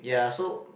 ya so